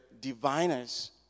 diviners